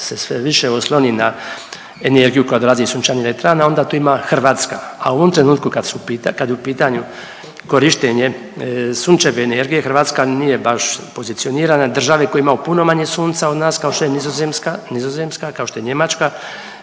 se sve više osloni na energiju koja dolazi iz sunčanih elektrana, onda to ima Hrvatska. A u ovom trenutku kad je u pitanju korištenje sunčeve energije Hrvatska nije baš pozicionirana. Države koje imaju puno manje sunca od nas kao što je Nizozemska, kao što je Njemačka